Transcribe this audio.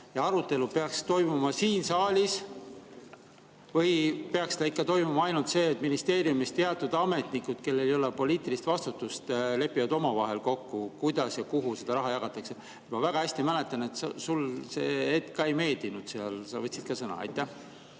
ja arutelu peaks toimuma siin saalis või peaks ikka toimuma ainult see, et ministeeriumis teatud ametnikud, kellel ei ole poliitilist vastutust, lepivad omavahel kokku, kuidas ja kuhu seda raha jagatakse? Ma väga hästi mäletan, et sulle ka [komisjonis] see ei meeldinud, sa võtsid seal sõna. Aitäh!